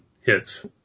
hits